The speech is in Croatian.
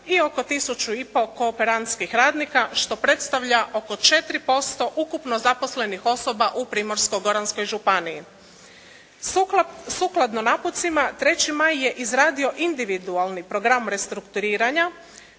i oko tisuću i pol kooperantskih radnika što predstavlja oko 4% ukupno zaposlenih osoba u Primorsko-goranskoj županiji. Sukladno naputcima "3. maj" je izradio individualni program restrukturiranja